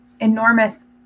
enormous